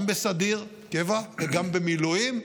גם בסדיר, גם בקבע וגם במילואים,